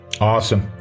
Awesome